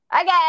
Okay